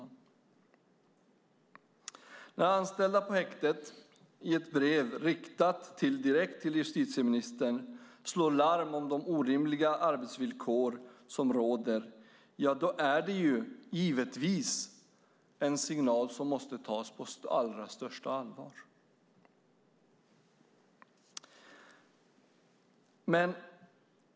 När anställda på häktet i ett brev riktat direkt till justitieministern slår larm om de orimliga arbetsvillkor som råder är det givetvis en signal som måste tas på allra största allvar.